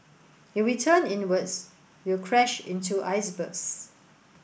if we turn inwards we'll crash into icebergs